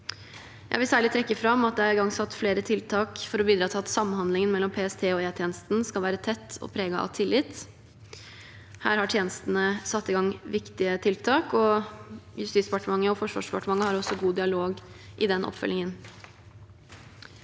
Jeg vil særlig trekke fram at det er igangsatt flere tiltak for å bidra til at samhandlingen mellom PST og E-tjenesten skal være tett og preget av tillit. Her har tjenestene satt i gang viktige tiltak. Justisdepartementet og Forsvarsdepartementet har også god dialog i den oppfølgingen.